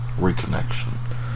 Reconnection